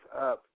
up